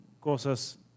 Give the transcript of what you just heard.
cosas